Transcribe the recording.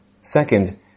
Second